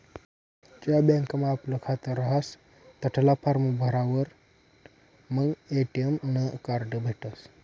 ज्या बँकमा आपलं खातं रहास तठला फार्म भरावर मंग ए.टी.एम नं कार्ड भेटसं